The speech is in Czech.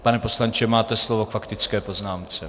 Pane poslanče, máte slovo k faktické poznámce.